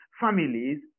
families